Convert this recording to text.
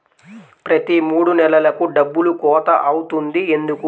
ప్రతి మూడు నెలలకు డబ్బులు కోత అవుతుంది ఎందుకు?